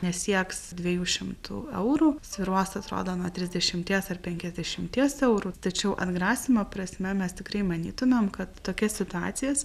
nesieks dviejų šimtų eurų svyruos atrodo nuo trisdešimties ar penkiasdešimties eurų tačiau atgrasymo prasme mes tikrai manytumėm kad tokias situacijas